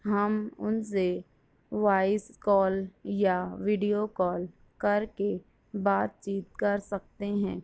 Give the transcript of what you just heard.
ہم ان سے وائس کال یا ویڈیو کال کر کے بات چیت کر سکتے ہیں